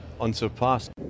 unsurpassed